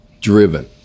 driven